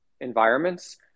environments